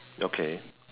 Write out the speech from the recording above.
okay